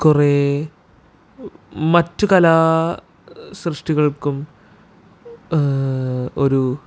കുറേ മറ്റു കലാസൃഷ്ടികൾക്കും ഒരു